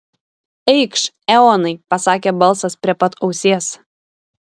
eikš eonai pasakė balsas prie pat ausies